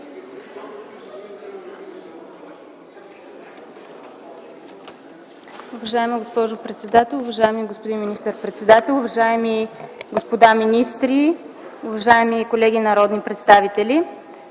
Уважаема госпожо председател, уважаеми господин министър-председател, уважаеми господа министри, уважаеми колеги народни представители!